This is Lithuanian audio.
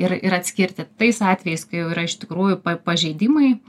ir ir atskirti tais atvejais kai jau yra iš tikrųjų pa pažeidimai